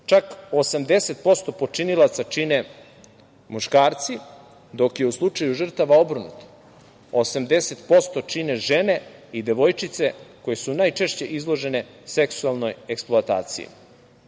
Čak 80% počinilaca čine muškarci, dok je u slučaju žrtava obrnuto, 80% čine žene i devojčice koje su najčešće izložene seksualnoj eksploataciji. Od